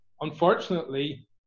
Unfortunately